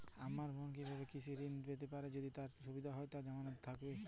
আমার বোন কীভাবে কৃষি ঋণ পেতে পারে যদি তার কোনো সুরক্ষা বা জামানত না থাকে?